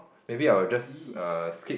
maybe I will just err skip